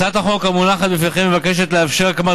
הצעת החוק המונחת לפניכם מבקשת לאפשר הקמת